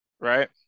right